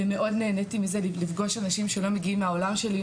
ומאוד נהניתי לפגוש אנשים שלא מגיעים מהעולם שלי,